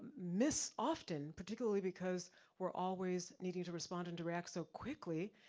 miss often, particularly because we're always needing to respond and to react so quickly,